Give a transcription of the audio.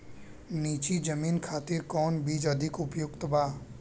नीची जमीन खातिर कौन बीज अधिक उपयुक्त बा?